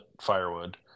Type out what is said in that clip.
firewood